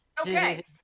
Okay